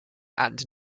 and